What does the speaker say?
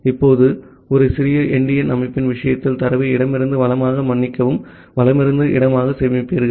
இப்போது ஒரு சிறிய எண்டியன் அமைப்பின் விஷயத்தில் தரவை இடமிருந்து வலமிருந்து இடமாக சேமிப்பீர்கள்